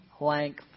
length